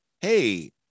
hey